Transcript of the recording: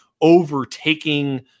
overtaking